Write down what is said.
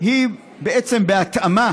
היא בעצם בהתאמה